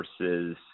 versus